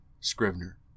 Scrivener